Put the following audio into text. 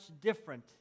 different